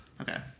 Okay